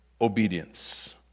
obedience